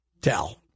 tell